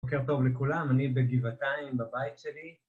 בוקר טוב לכולם, אני בגבעתיים בבית שלי